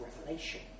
revelation